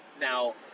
now